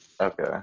Okay